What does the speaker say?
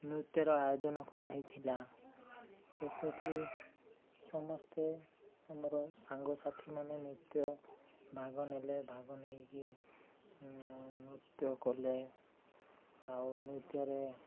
ନୃତ୍ୟର ଆୟୋଜନ କରାହୋଇଥିଲା ତ ସେଠି ସମସ୍ତେ ଆମର ସାଙ୍ଗସାଥିମାନେ ନୃତ୍ୟ ଭାଗ ନ ହେଲେ ଭାଗ ନେଇକି ନୃତ୍ୟ କଲେ ଆଉ ନୃତ୍ୟରେ